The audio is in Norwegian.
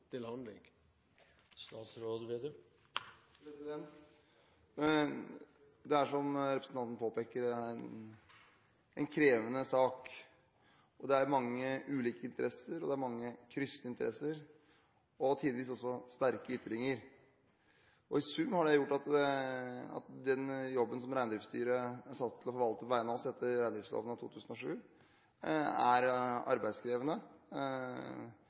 til handling? Det er som representanten påpeker, en krevende sak. Det er mange ulike interesser, og det er mange kryssende interesser og tidvis også sterke ytringer. I sum har det gjort at den jobben som Reindriftsstyret er satt til å forvalte på vegne av oss etter reindriftsloven av 2007, er